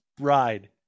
ride